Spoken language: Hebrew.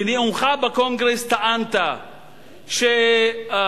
בנאומך בקונגרס טענת בנחת,